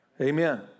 Amen